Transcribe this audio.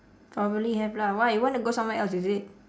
probably have lah why you want to go somewhere else is it